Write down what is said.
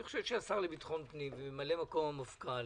אני חושב שהשר לביטחון פנים וממלא מקום המפכ"ל